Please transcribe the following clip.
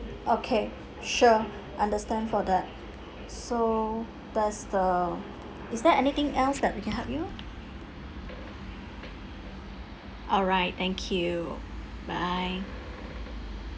okay sure understand for that so does the is there anything else that we can help you alright thank you bye